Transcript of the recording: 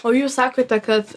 o jūs sakote kad